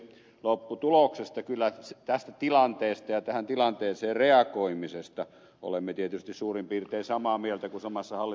lopputuloksesta tästä tilanteesta ja tähän tilanteeseen reagoimisesta olemme tietysti kyllä suurin piirtein samaa mieltä kun samassa hallituksessa olemme